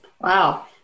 Wow